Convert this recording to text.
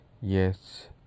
yes